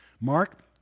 Mark